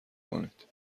کنید